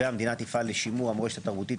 והמדינה תפעל לשימור המורשת התרבותית,